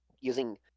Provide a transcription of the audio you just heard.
using